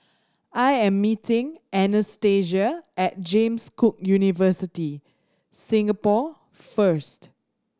I am meeting Anastacia at James Cook University Singapore first